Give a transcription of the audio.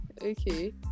Okay